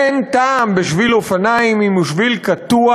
אין טעם בשביל אופניים אם הוא שביל קטוע,